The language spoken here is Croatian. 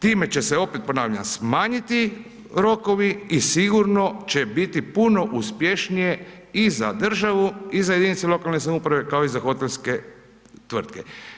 Time će se, opet ponavljam smanjiti rokovi i sigurno će biti puno uspješnije i za državu i za jedinice lokalne samouprave kao i za hotelske tvrtke.